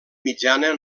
mitjana